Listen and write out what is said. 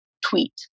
tweet